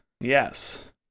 yes